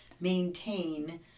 maintain